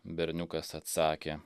berniukas atsakė